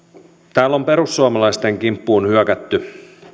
täällä on perussuomalaisten kimppuun hyökätty